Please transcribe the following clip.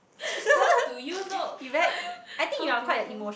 how do you know how do you know